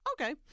Okay